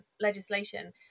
legislation